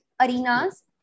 arenas